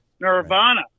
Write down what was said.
Nirvana